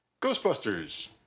Ghostbusters